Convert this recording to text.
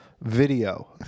video